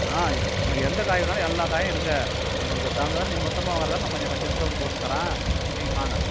ஆ உனக்கு எந்த காய் வேணுனாலும் எல்லா காயும் இருக்குது உங்களுக்கு தகுந்த மாதிரி மொத்தமாக வாங்கிறதா டிஸ்கோண்ட் போட்டு தரேன் நீங்கள் வாங்க